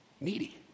Needy